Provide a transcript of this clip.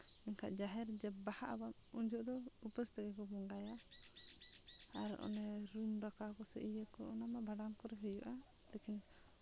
ᱮᱱᱠᱷᱟᱱ ᱡᱟᱦᱮᱨ ᱡᱚᱵᱽ ᱵᱟᱦᱟᱜ ᱟᱵᱚᱱ ᱩᱱ ᱡᱚᱦᱚᱜ ᱫᱚ ᱩᱯᱟᱹᱥ ᱛᱮᱜᱮ ᱵᱚᱱ ᱵᱚᱸᱜᱟᱭᱟ ᱟᱨ ᱚᱱᱮ ᱨᱩᱢ ᱰᱟᱠᱟᱣ ᱠᱚᱥᱮ ᱤᱭᱟᱹ ᱠᱚ ᱚᱱᱟ ᱢᱟ ᱵᱷᱟᱸᱰᱟᱱ ᱠᱚᱨᱮ ᱦᱩᱭᱩᱜᱼᱟ ᱞᱮᱠᱤᱱ